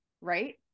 right